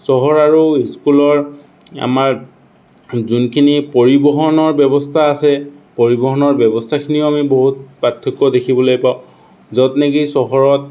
চহৰ আৰু স্কুলৰ আমাৰ যোনখিনি পৰিবহণৰ ব্যৱস্থা আছে পৰিবহণৰ ব্যৱস্থাখিনিও আমি বহুত পাৰ্থক্য দেখিবলৈ পাওঁ য'ত নেকি চহৰত